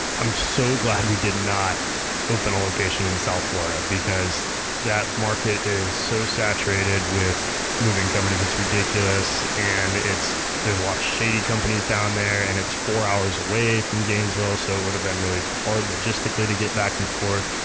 i'm so glad we did not open a location in south florida because that market is so saturated with moving companies, it's ridiculous, and there's a lot of shady companies down there, and it's four hours away from gainesville, so it would have been really hard logistically to get back and forth.